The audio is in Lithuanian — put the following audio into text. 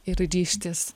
ir ryžtis